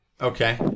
okay